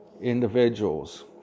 individuals